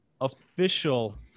official